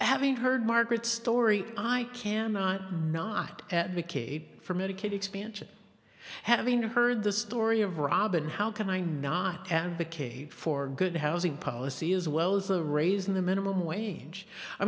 having heard margaret story i cannot not at mccabe from medicaid expansion having heard the story of robin how can i not advocate for good housing policy as well as a raise in the minimum wage i